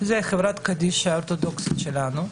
היא החברה קדישא האורתודוקסית שלנו,